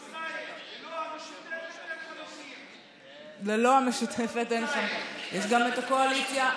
ללא המשותפת אין 50. ללא המשותפת אין 50. יש גם הקואליציה,